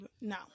No